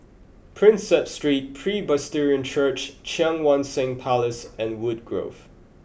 Prinsep Street Presbyterian Church Cheang Wan Seng Place and Woodgrove